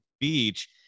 beach